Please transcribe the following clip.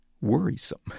worrisome